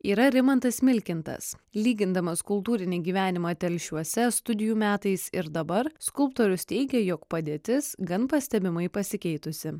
yra rimantas milkintas lygindamas kultūrinį gyvenimą telšiuose studijų metais ir dabar skulptorius teigė jog padėtis gan pastebimai pasikeitusi